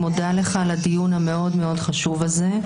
הדיון המאוד-מאוד חשוב הזה.